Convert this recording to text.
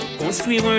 Construire